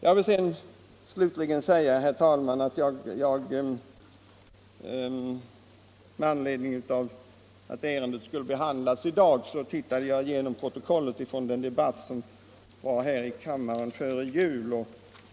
Jag vill slutligen säga, herr talman, att jag med anledning av att detta ärende skulle behandlas i dag har tittat igenom protokollet över den debatt som hölls i kammaren före jul.